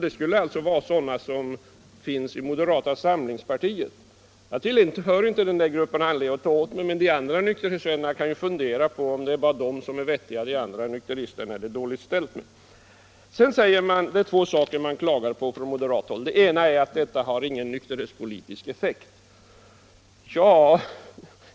Det skulle alltså vara de nykterister som finns i moderata samlingspartiet. Jag tillhör inte den där gruppen och har alltså inte anledning att ta åt mig, men de andra nykterhetsvännerna kan ju fundera på om det bara är de moderata nykteristerna som är vettiga och att det är dåligt ställt med de andra. Det är två saker som moderaterna klagar på. Den ena är att detta — Nr 35 köp inte har någon nykterhetspolitisk effekt.